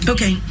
Okay